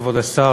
כבוד השר,